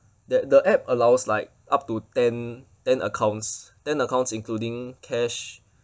that the app allows like up to ten ten accounts ten accounts including cash